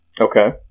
Okay